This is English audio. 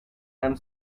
and